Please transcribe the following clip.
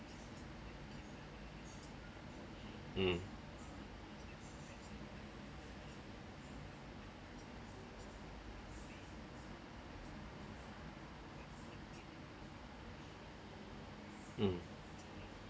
mm mmhmm